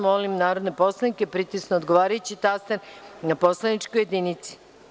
Molim narodne poslanike da pritisnu odgovarajući taster na poslaničkoj jedinici.